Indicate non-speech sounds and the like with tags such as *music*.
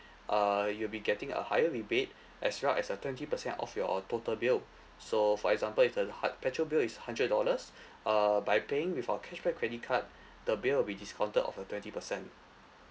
uh you'll be getting a higher rebate *breath* as well as a twenty percent of your total bill so for example if the hun~ petrol bill is hundred dollars *breath* uh by paying with our cashback credit card *breath* the bill will be discounted of a twenty percent